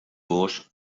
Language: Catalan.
gos